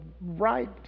right